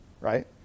right